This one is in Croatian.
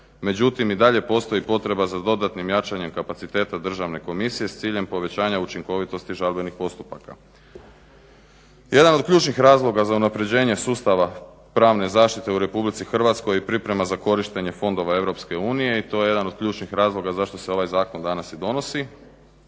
međutim i dalje postoji potreba za dodatnim jačanjem kapaciteta državne komisije s ciljem povećanja učinkovitosti žalbenih postupaka. Jedan od ključnih razloga za unapređenje sustava pravne zaštite u RH je priprema za korištenje fondova EU i to je jedan od ključnih razloga zašto se ovaj zakon danas i donosi.